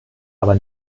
aber